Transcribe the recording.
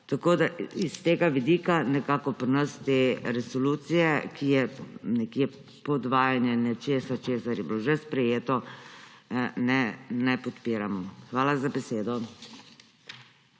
države. S tega vidika pri nas te resolucije, ki je podvajanje nečesa, kar je bilo že sprejeto, ne podpiramo. Hvala za besedo.